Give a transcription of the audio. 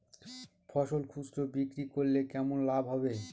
ফসল খুচরো বিক্রি করলে কেমন লাভ হবে?